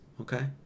Okay